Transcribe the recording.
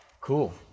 Cool